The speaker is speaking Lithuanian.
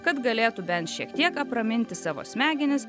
kad galėtų bent šiek tiek apraminti savo smegenis